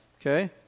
Okay